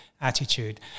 attitude